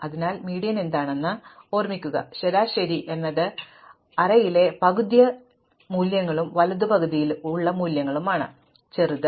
അതിനാൽ മീഡിയൻ എന്താണെന്ന് ഓർമ്മിക്കുക ശരാശരി എന്നത് അറേയിലെ പകുതി മൂല്യങ്ങളും വലുതും പകുതിയും ഉള്ള മൂല്യമാണ് ചെറുത്